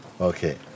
Okay